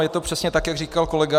Je to přesně tak, jak říkal kolega.